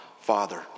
Father